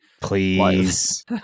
please